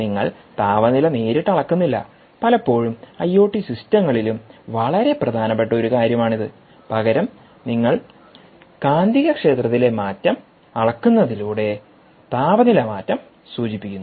നിങ്ങൾ താപനില നേരിട്ട് അളക്കുന്നില്ല പലപ്പോഴും സിസ്റ്റങ്ങളിലും വളരെ പ്രധാനപ്പെട്ട ഒരു കാരൃമാണിത് പകരം നിങ്ങൾ കാന്തികക്ഷേത്രത്തിലെ മാറ്റം അളക്കുന്നതിലൂടെ താപനില മാറ്റം സൂചിപ്പിക്കുന്നു